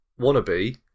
Wannabe